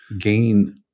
gain